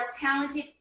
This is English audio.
talented